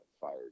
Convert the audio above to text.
fired